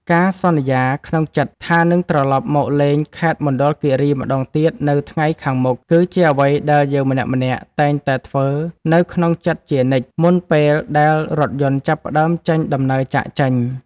ការសន្យាក្នុងចិត្តថានឹងត្រឡប់មកលេងខេត្តមណ្ឌលគីរីម្ដងទៀតនៅថ្ងៃខាងមុខគឺជាអ្វីដែលយើងម្នាក់ៗតែងតែធ្វើនៅក្នុងចិត្តជានិច្ចមុនពេលដែលរថយន្តចាប់ផ្ដើមចេញដំណើរចាកចេញ។